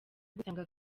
gusanga